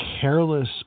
careless